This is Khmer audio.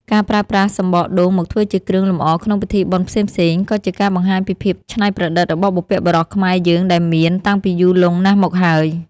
ការប្រើប្រាស់សម្បកដូងមកធ្វើជាគ្រឿងលម្អក្នុងពិធីបុណ្យផ្សេងៗក៏ជាការបង្ហាញពីភាពច្នៃប្រឌិតរបស់បុព្វបុរសខ្មែរយើងដែលមានតាំងពីយូរលង់ណាស់មកហើយ។